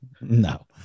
No